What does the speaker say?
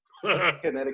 Connecticut